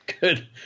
good